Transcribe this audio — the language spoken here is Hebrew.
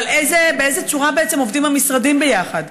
אבל באיזה צורה בעצם עובדים המשרדים ביחד?